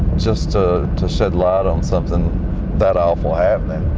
just to to shed light on something that awful happening.